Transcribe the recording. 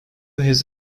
his